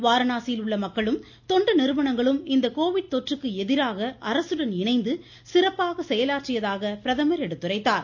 வாரணாசியில் உள்ள மக்களும் தொண்டு நிறுவனங்களும் இந்த கோவிட் தொற்றுக்கு எதிராக அரசுடன் இணைந்து சிறப்பாக செயலாற்றியதாக எடுத்துரைத்தார்